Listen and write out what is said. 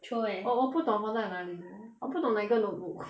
throw where 我我不懂放在哪里 though 我不懂哪个 notebook